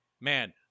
man